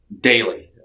daily